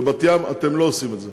בבת-ים אתם לא עושים את זה.